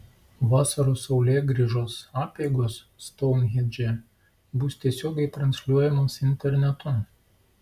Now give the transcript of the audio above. vasaros saulėgrįžos apeigos stounhendže bus tiesiogiai transliuojamos internetu